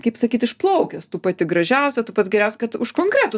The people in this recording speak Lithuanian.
kaip sakyt išplaukęs tu pati gražiausia tu pats geriausias kad už konkretų